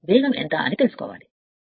వేగం ఏమిటో తెలుసుకోవాలి